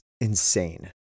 insane